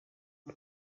бол